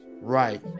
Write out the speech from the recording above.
Right